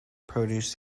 produce